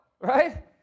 right